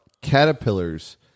caterpillars